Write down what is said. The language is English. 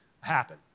happen